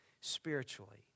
spiritually